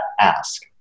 ask